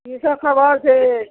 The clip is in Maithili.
किसब खबरि छै